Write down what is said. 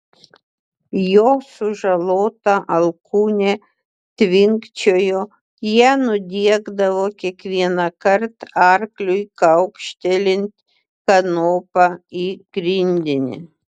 jo sužalota alkūnė tvinkčiojo ją nudiegdavo kiekvienąkart arkliui kaukštelint kanopa į grindinį